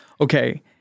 Okay